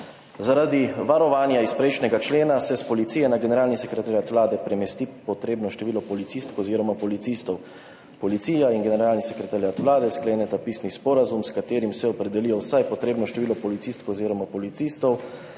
»Zaradi varovanja iz prejšnjega člena se s Policije na Generalni sekretariat Vlade premesti potrebno število policistk oziroma policistov. Policija in Generalni sekretariat Vlade skleneta pisni sporazum, s katerim se opredelijo vsaj potrebno število policistk oziroma policistov,